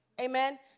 amen